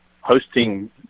hosting